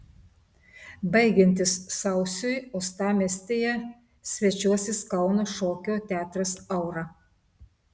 baigiantis sausiui uostamiestyje svečiuosis kauno šokio teatras aura